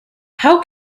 how